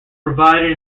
provided